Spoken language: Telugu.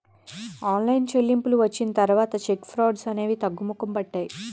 ఆన్లైన్ చెల్లింపులు వచ్చిన తర్వాత చెక్ ఫ్రాడ్స్ అనేవి తగ్గుముఖం పట్టాయి